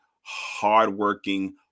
hardworking